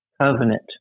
covenant